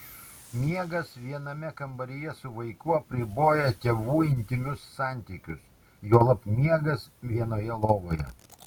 miegas viename kambaryje su vaiku apriboja tėvų intymius santykius juolab miegas vienoje lovoje